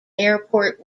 airport